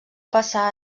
passar